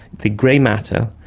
the grey matter,